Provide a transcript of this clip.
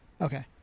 Okay